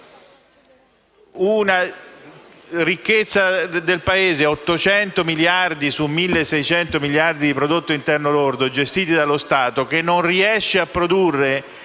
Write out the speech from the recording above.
Una ricchezza del Paese, che ammonta a 800 miliardi su 1.600 miliardi di prodotto interno lordo gestiti dallo Stato, che non riesce a produrre